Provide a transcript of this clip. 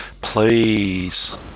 please